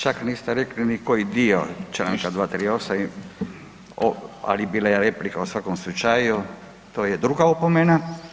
Čak niste rekli niti koji dio Članka 238., ali bila je replika u svakom slučaju, to je druga opomena.